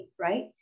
right